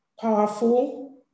Powerful